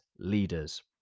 leaders